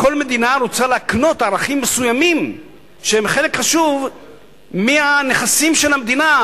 כל מדינה רוצה להקנות ערכים מסוימים שהם חלק חשוב מהנכסים של המדינה.